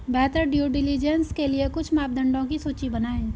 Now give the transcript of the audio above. बेहतर due diligence के लिए कुछ मापदंडों की सूची बनाएं?